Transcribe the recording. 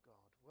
God